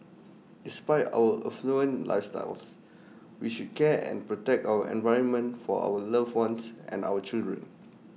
despite our affluent lifestyles we should care and protect our environment for our loved ones and our children